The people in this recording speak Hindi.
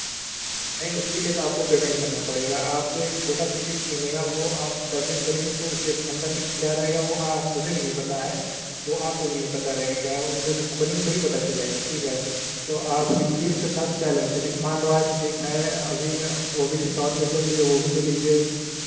नहीं उसके लिए तो आपको पेमेंट करना पड़ेगा आपको एक छोटा सा गिफ्ट मिलेगा वह आपको डब्बे खोलेंगे तो उसके अंदर में क्या रहेगा वह मुझे भी नहीं पता है वह आपको भी नहीं पता रहेगा क्या है वह वह जब खोलेंगी तभी पता चलेगा ठीक है तो आप यह उसके साथ क्या लेना चाहिए क्योंकि इस्मार्ट वाच एक है अभी वह भी डिस्काउंट पर चल रही है वह भी ले लीजिए